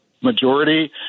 majority